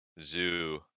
Zoo